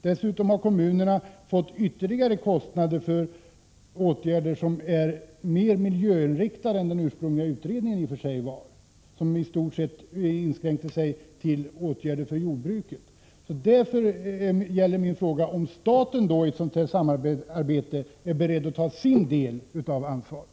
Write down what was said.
Dessutom har kommunerna fått ytterligare kostnader genom lösningar som är mer miljöinriktade än vad som förutsattes i den ursprungliga utredningen, som i stort sett inskränkte sig till åtgärder beträffande jordbruket. Min fråga är alltså: Är staten i ett sådant här samarbete beredd att ta sin del av ansvaret?